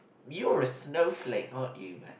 you're a snowflake aren't you man